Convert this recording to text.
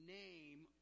name